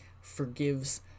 forgives